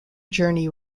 journey